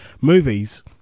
Movies